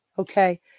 Okay